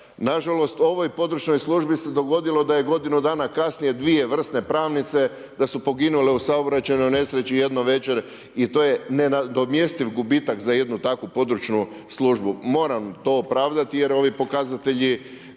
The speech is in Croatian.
Na žalost u ovoj područnoj službi se dogodilo da je godinu dana kasnije dvije vrsne pravnice da su poginule u saobraćajnoj nesreći jedno večer i to je nenadomjestiv gubitak za jednu takvu područnu službu. Moram to opravdati, jer ovi pokazatelji